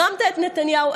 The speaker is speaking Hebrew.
החרמת את נתניהו,